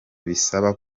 bisaba